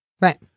Right